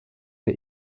der